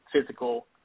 physical